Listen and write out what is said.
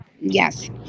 yes